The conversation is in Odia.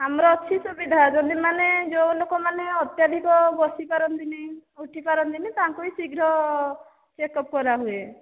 ଆମର ଅଛି ସୁବିଧା ଯଦି ମାନେ ଯେଉଁ ଲୋକମାନେ ଅତ୍ୟଧିକ ବସିପାରନ୍ତିନି ଉଠି ପାରନ୍ତିନି ତାଙ୍କୁ ହିଁ ଶୀଘ୍ର ଚେକ୍ ଅପ୍ କରା ହୁଏ